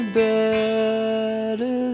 better